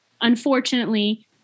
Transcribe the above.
unfortunately